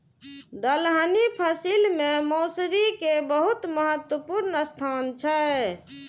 दलहनी फसिल मे मौसरी के बहुत महत्वपूर्ण स्थान छै